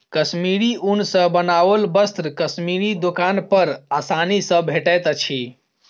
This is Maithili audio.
कश्मीरी ऊन सॅ बनाओल वस्त्र कश्मीरी दोकान पर आसानी सॅ भेटैत अछि